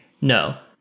no